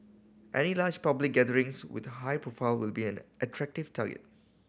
any large public gatherings with high profile will be an attractive target